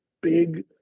big